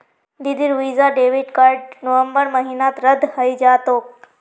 दीदीर Visa debit card नवंबर महीनात रद्द हइ जा तोक